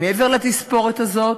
מעבר לתספורת הזאת,